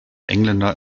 engländer